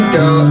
go